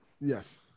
Yes